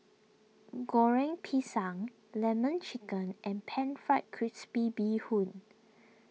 Goreng Pisang Lemon Chicken and Pan Fried Crispy Bee Hoon